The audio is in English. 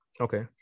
Okay